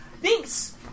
Thanks